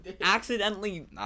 accidentally